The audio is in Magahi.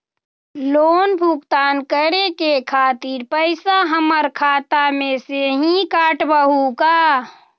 लोन भुगतान करे के खातिर पैसा हमर खाता में से ही काटबहु का?